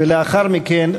ולאחר מכן,